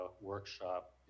workshop